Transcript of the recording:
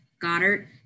Goddard